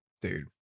Dude